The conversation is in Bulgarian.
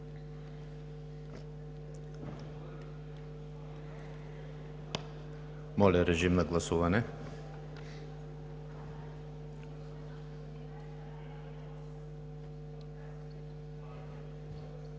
Моля, режим на гласуване